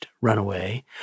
runaway